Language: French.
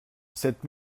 cette